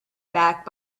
back